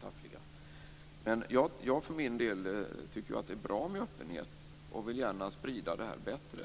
taffliga. Jag tycker för min del att det är bra med öppenhet och vill gärna sprida det här bättre.